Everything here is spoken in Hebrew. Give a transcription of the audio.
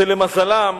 למזלם,